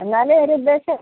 എന്നാൽ ഒരു ഉദ്ദേശം